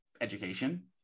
education